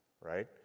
right